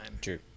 True